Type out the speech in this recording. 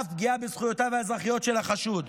ואף לפגיעה בזכויותיו האזרחיות של החשוד.